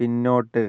പിന്നോട്ട്